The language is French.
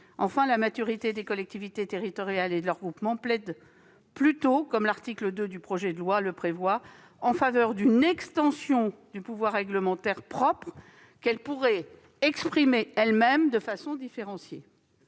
Enfin, la maturité des collectivités territoriales et de leurs groupements plaide plutôt, ainsi que l'article 2 du projet de loi le prévoit, en faveur d'une extension du pouvoir réglementaire propre, qu'elles pourraient exprimer elles-mêmes de façon différenciée.